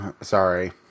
Sorry